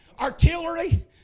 artillery